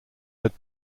had